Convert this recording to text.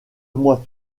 moi